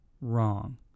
wrong